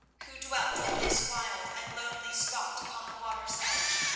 who dwelt in this wild and lonely spot upon the water's edge,